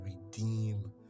redeem